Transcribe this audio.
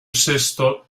sexto